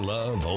Love